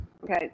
Okay